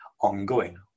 ongoing